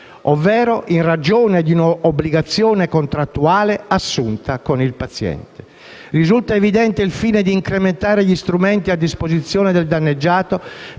ovvero in ragione di una obbligazione contrattuale assunta con il paziente. Risulta evidente il fine di incrementare gli strumenti a disposizione del danneggiato